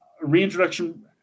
reintroduction